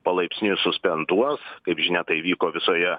palaipsniui suspenduos kaip žinia tai vyko visoje